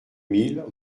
mille